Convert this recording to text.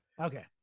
Okay